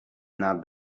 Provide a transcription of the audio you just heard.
not